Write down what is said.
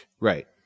Right